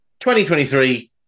2023